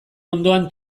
ondoan